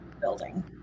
building